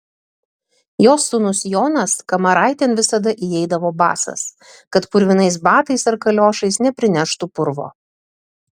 jos sūnus jonas kamaraitėn visada įeidavo basas kad purvinais batais ar kaliošais neprineštų purvo